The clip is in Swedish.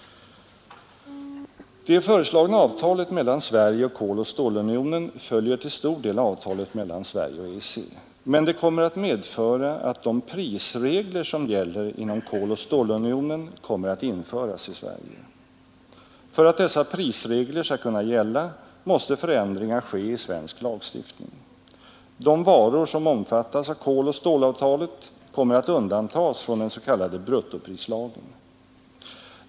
Det föreslagna avtalet mellan Sverige och Koloch stålunionen följer till stor del avtalet mellan Sverige och EEC. Men det kommer att medföra att de prisregler som gäller inom Koloch stålunionen kommer att införas i Sverige. För att dessa prisregler skall kunna gälla måste förändringar ske i svensk lagstiftning. De varor som omfattas av koloch stålavtalet kommer att undantas från den s.k. bruttoprislagen.